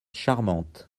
charmante